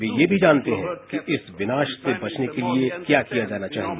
वे ये भी जानते हैं कि इस विनाश से बचने के लिए क्या किया जाना चाहिए